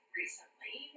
recently